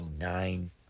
nine